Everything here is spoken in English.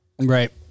Right